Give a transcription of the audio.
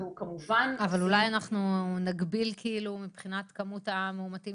אבל אולי אנחנו נגביל מבחינת כמות המאומתים